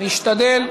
אני רוצה לעזור.